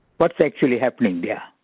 what's actually happening yeah